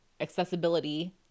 accessibility